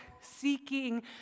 seeking